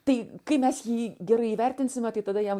tai kai mes jį gerai įvertinsime tai tada jam